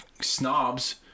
snobs